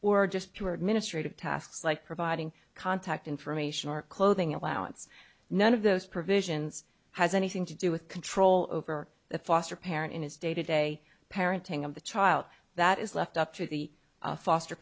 administrative tasks like providing contact information or clothing allowance none of those provisions has anything to do with control over the foster parent in his day to day parenting of the child that is left up to the foster